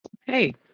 Hey